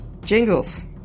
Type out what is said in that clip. jingles